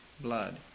blood